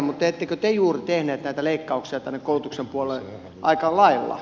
mutta ettekö te juuri tehneet näitä leikkauksia tänne koulutuksen puolelle aika lailla